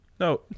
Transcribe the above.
No